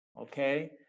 okay